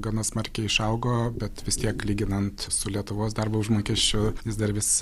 gana smarkiai išaugo bet vis tiek lyginant su lietuvos darbo užmokesčiu jis dar vis